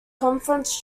conference